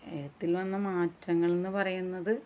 എഴുത്തിൽ വന്ന മാറ്റങ്ങളെന്ന് പറയുന്നത്